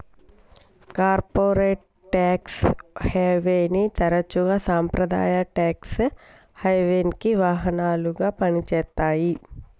corporate tax హెవెన్ని తరచుగా సాంప్రదాయ ట్యేక్స్ హెవెన్కి వాహనాలుగా పనిచేత్తాయి